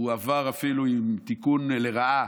הוא עבר אפילו עם תיקון לרעה